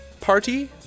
party